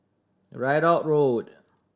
Ridout Road